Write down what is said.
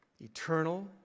eternal